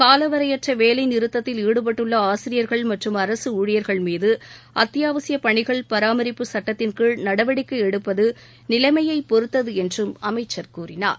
காலவரையற்ற வேலைநிறுத்தத்தில் ஈடுபட்டுள்ள ஆசிரியர்கள் மற்றும் அரசு ஊழியர்கள்மீது அத்தியாவசிய பணிகள் பராமரிப்புச் சுட்டத்தின்கீழ் நடவடிக்கை எடுப்பது நிலைமையை பொறுத்தது என்றும் அமைச்சர் கூறினார்